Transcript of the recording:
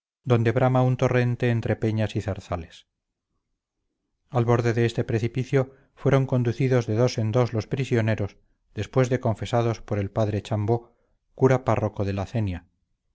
donde brama un torrente entre peñas y zarzales al borde de este precipicio fueron conducidos de dos en dos los prisioneros después de confesados por el padre chambó cura párroco de la cenia